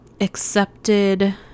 accepted